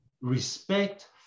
respect